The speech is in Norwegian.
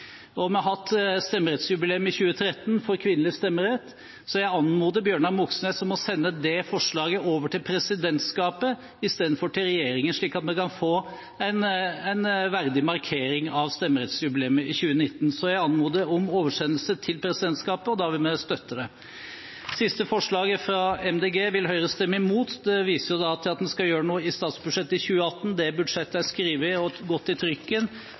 og vi har hatt stemmerettsjubileum i 2013 for kvinnelig stemmerett – så jeg anmoder Bjørnar Moxnes om å sende det forslaget over til presidentskapet i stedet for til regjeringen, slik at vi kan få en verdig markering av stemmerettsjubileet i 2019. Jeg anmoder om oversendelse til presidentskapet, og da vil vi støtte det. Det siste forslaget, fra Miljøpartiet De Grønne, vil Høyre stemme imot. Det viser til at en skal gjøre noe i statsbudsjettet i 2018. Det budsjettet er skrevet og har gått i trykken,